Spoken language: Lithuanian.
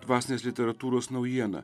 dvasinės literatūros naujieną